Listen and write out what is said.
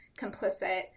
complicit